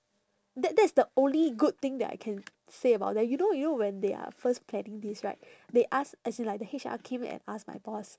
that that is the only good thing that I can say about them you know you know when they are first planning this right they ask as in like the H_R came and ask my boss